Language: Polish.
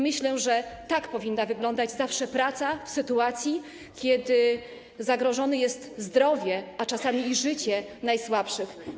Myślę, że tak powinna zawsze wyglądać praca w sytuacji, kiedy zagrożone jest zdrowie, a czasami i życie najsłabszych.